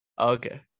Okay